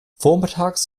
vormittags